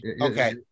Okay